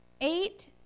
Eight